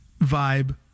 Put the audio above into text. vibe